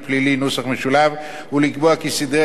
ולקבוע כי סדרי הדין "הפשוטים" הקבועים